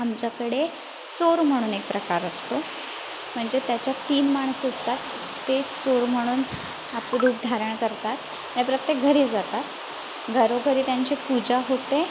आमच्याकडे चोर म्हणून एक प्रकार असतो म्हणजे त्याच्यात तीन माणूस असतात ते चोर म्हणून आपलं रूप धारण करतात आणि प्रत्येक घरी जातात घरोघरी त्यांची पूजा होते